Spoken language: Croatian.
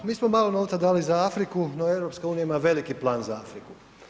Mi smo malo novca dali za Afriku, no EU ima veliki plan za Afriku.